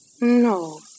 No